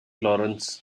lawrence